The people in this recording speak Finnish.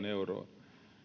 euroa